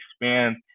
expand